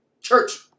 Church